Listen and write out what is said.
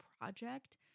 project